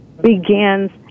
begins